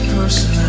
person